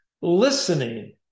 Listening